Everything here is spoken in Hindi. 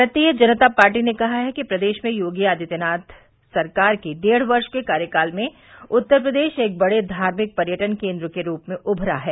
भारतीय जनता पार्टी ने कहा है कि प्रदेश में योगी आदित्यनाथ सरकार के डेढ़ वर्ष के कार्यकाल में उत्तर प्रदेश एक बड़े धार्मिक पर्यटन केन्द्र के रूप में उभरा है